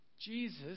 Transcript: Jesus